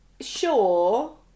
sure